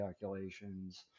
calculations